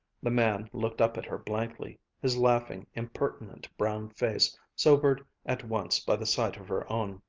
the man looked up at her blankly, his laughing, impertinent brown face sobered at once by the sight of her own.